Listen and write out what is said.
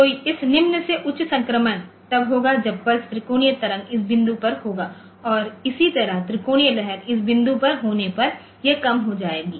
तो इस निम्न से उच्च संक्रमण तब होगा जब पल्स त्रिकोणीय तरंग इस बिंदु पर होगा और इसी तरह त्रिकोणीय लहर इस बिंदु पर होने पर यह कम हो जाएगी